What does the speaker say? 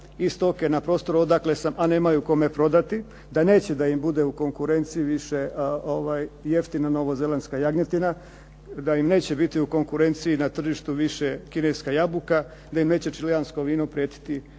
i stoke na prostoru, dakle a nemaju kome prodati. Da neće da im bude u konkurenciji više jeftina novozelandska jagnjetina, da im neće biti u konkurenciji na tržištu više kineska jabuka, da im neće čileansko vino prijetiti